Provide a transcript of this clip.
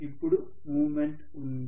ఇప్పుడు మూమెంట్ ఉంది